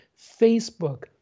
Facebook